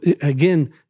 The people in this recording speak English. Again